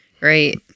right